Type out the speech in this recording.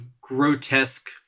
grotesque